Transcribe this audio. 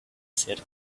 said